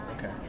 Okay